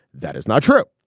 that is not true.